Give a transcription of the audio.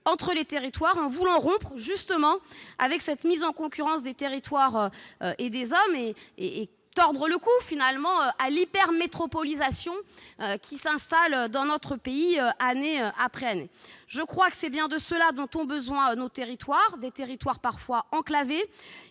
entre les territoires, voulant rompre justement avec cette mise en concurrence des territoires et des hommes et tordre le cou finalement à l'hypermétropolisation qui s'installe dans notre pays, année après année. C'est bien de cela qu'ont besoin nos territoires, des territoires parfois enclavés.